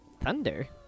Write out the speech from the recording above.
Thunder